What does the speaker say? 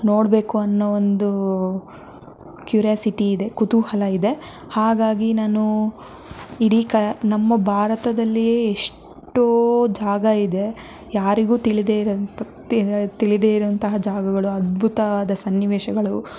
ನೋಡಬೇಕು ಅನ್ನೊ ಒಂದು ಕ್ಯೂರಿಯಾಸಿಟಿ ಇದೆ ಕುತೂಹಲ ಇದೆ ಹಾಗಾಗಿ ನಾನು ಇಡೀ ನಮ್ಮ ಭಾರತದಲ್ಲಿಯೆ ಎಷ್ಟೋ ಜಾಗ ಇದೆ ಯಾರಿಗೂ ತಿಳಿದೆಯಿರೋಂಥ ತಿಳಿದೆಯಿರೋಂತಹ ಜಾಗಗಳು ಅದ್ಭುತವಾದ ಸನ್ನಿವೇಶಗಳು